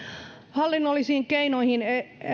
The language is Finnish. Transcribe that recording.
hallinnollisiin keinoihin